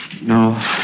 No